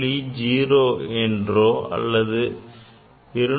0 என்றோ அல்லது 200